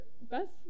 best